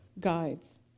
guides